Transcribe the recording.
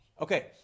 okay